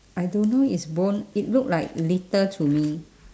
I don't know it's bone it look like litter to me